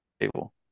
table